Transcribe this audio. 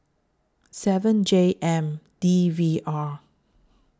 seven J M D V R